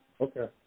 Okay